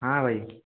ହଁ ଭାଇ